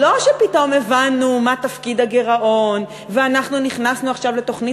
לא שפתאום הבנו מה תפקיד הגירעון ואנחנו נכנסים עכשיו לתוכנית